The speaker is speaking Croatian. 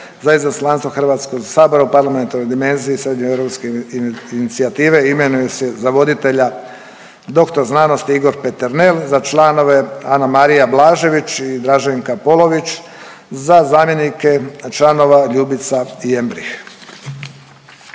za Izaslanstvo HS-a u Parlamentarnoj dimenziji Srednjoeuropske inicijative imenuje se za voditelja dr.sc. Igor Peternel, za članove Anamarija Blažević i Draženka Polović, za zamjenike članova Ljubica Jembrih.